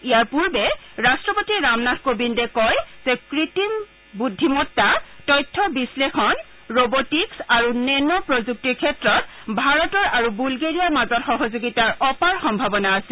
ইয়াৰ পূৰ্বে ৰট্টপতি ৰামনাথ কোবিন্দে কয় যে কৃত্ৰিম বুদ্ধিমতা তথ্য বিশ্লেষণ ৰবটিকছ্ আৰু নেন প্ৰযুক্তিৰ ক্ষেত্ৰত ভাৰতৰ আৰু বুলগেৰিয়াৰ মাজত সহযোগিতাৰ অপাৰ সম্ভাৱনা আছে